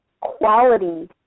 quality